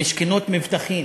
במשכנות מבטחים,